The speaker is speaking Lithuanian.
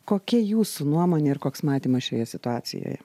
kokia jūsų nuomonė ir koks matymas šioje situacijoje